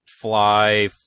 fly